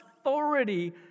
authority